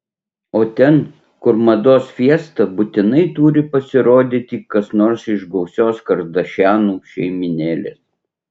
o ten kur mados fiesta būtinai turi pasirodyti kas nors iš gausios kardašianų šeimynėlės